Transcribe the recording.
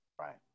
right